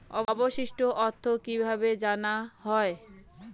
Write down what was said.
অবশিষ্ট অর্থ কিভাবে জানা হয়?